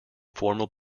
formal